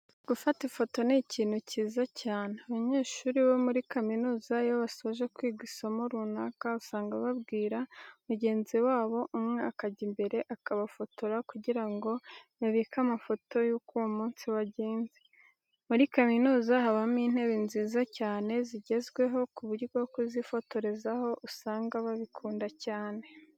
Gufata ifoto ni ikintu cyiza cyane. Abanyeshuri bo muri kaminuza iyo basoje kwiga isomo runaka usanga babwira mugenzi wabo umwe akajya imbere akabafotora kugira ngo babike amafoto y'uko uwo munsi wagenze. Muri kaminuza habamo intebe nziza cyane zigezweho ku buryo kuzifotorezaho usanga babikunda cyane.